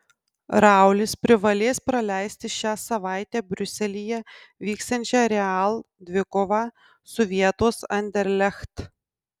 raulis privalės praleisti šią savaitę briuselyje vyksiančią real dvikovą su vietos anderlecht